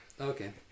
Okay